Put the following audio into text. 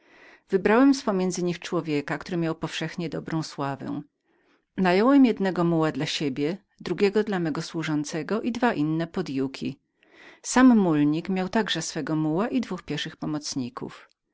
wybrałem z pomiędzy nich człowieka który miał powszechnie dobrą sławę nająłem jednego muła dla siebie drugiego dla mego służącego i dwa inne pod juki sam mulnik miał także swego muła i dwóch pieszych